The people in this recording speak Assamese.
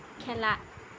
খেলা